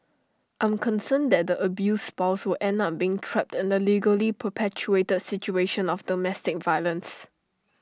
I'm concerned that the abused spouse will end up being trapped in the legally perpetuated situation of domestic violence